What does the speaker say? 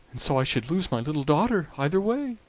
and so i should lose my little daughter either way